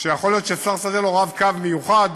שיכול להיות שצריך לסדר לו "רב-קו" מיוחד